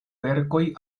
verkoj